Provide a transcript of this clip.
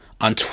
on